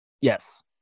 Yes